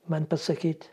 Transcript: man pasakyt